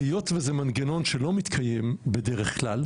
היות וזה מנגנון שלא מתקיים בדרך כלל,